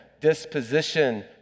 disposition